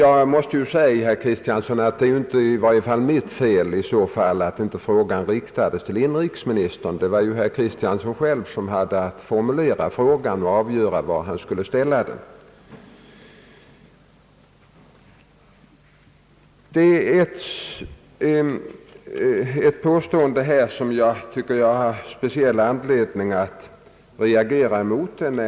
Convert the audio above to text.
Jag måste säga, herr Kristiansson, att det i varje fall inte är mitt fel att frågan inte riktats till inrikesministern. Det var ju herr Kristiansson själv som hade att formulera frågan och avgöra till vem han skulle ställa den. Jag har speciell anledning att reagera mot ett påstående.